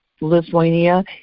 Lithuania